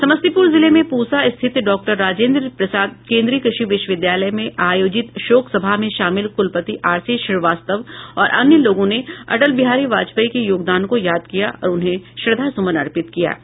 समस्तीपुर जिले में पूसा स्थित डॉक्टर राजेन्द्र प्रसाद केन्द्रीय कृषि विश्वविद्यालय में आयोजित शोक सभा में शामिल कुलपति आर सी श्रीवास्तव और अन्य लोगों ने अटल बिहारी वाजपेयी के योगदान को याद किया और उन्हें श्रद्धा सुमन अर्पित किया गया